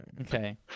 Okay